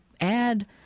add